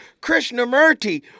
Krishnamurti